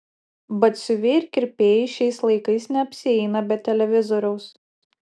batsiuviai ir kirpėjai šiais laikais neapsieina be televizoriaus